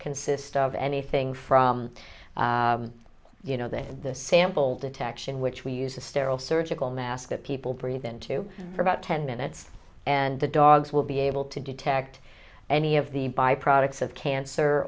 consist of anything from you know that the sample detection which we use a sterile surgical mask that people breathe into for about ten minutes and the dogs will be able to detect any of the by products of cancer